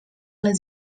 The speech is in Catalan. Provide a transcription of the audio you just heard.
les